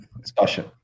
discussion